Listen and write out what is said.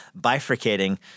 bifurcating